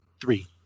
three